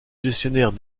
gestionnaire